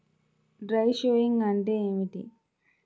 Dry sowing అంటే ఏమిటి?